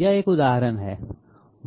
यह एक उदाहरण है